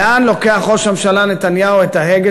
לאן לוקח ראש הממשלה נתניהו את ההגה